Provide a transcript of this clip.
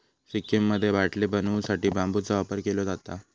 सिक्कीममध्ये बाटले बनवू साठी बांबूचा वापर केलो जाता